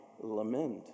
lament